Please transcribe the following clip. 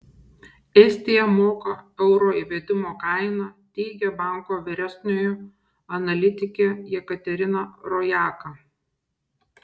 estija moka euro įvedimo kainą teigia banko vyresnioji analitikė jekaterina rojaka